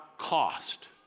cost